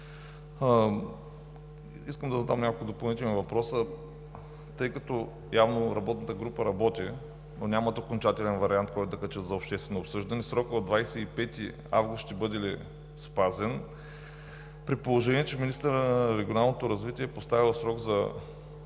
Искам да задам няколко допълнителни въпроса, тъй като явно работната група работи, но нямат окончателен вариант, който да качат за обществено обсъждане: срокът 25 август ще бъде ли спазен, при положение че министърът на регионалното развитие е поставил срок за